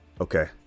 Okay